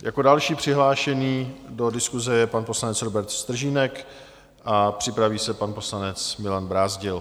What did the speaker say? Jako další přihlášený do diskuse je pan poslanec Robert Stržínek a připraví se pan poslanec Milan Brázdil.